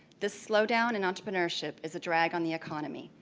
this slow down in entrepreneurship is a drag on the economy.